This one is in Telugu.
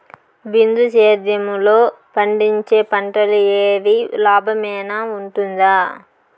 బిందు సేద్యము లో పండించే పంటలు ఏవి లాభమేనా వుంటుంది?